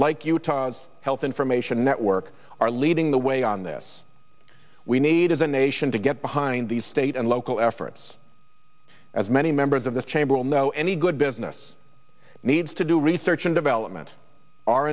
like utah's health information network are leading the way on this we need as a nation to get behind these state and local efforts as many members of this chamber all know any good business needs to do research and development